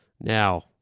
Now